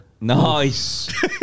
Nice